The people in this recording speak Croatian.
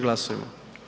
Glasujmo.